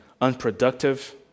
unproductive